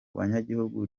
banyagihugu